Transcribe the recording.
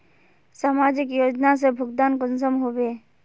समाजिक योजना से भुगतान कुंसम होबे?